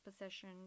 position